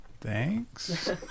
thanks